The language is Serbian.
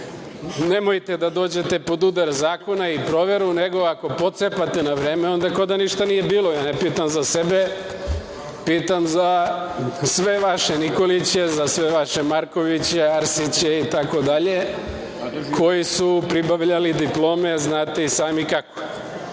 nemojte da dođete pod udar zakona i proveru, nego ako pocepate na vreme onda kao da ništa nije bilo. Ja ne pitam za sebe, pitam za sve vaše Nikoliće, za sve vaše Markoviće, Arsiće, itd, koji su pribavljali diplome znate i sami